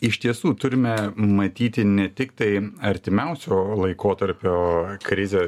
iš tiesų turime matyti ne tiktai artimiausio laikotarpio krizę